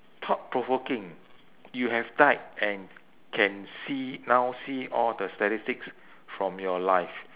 thought provoking you have died and can see now see all the statistics from your life